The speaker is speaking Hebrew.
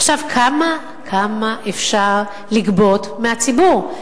עכשיו, כמה אפשר לגבות מהציבור?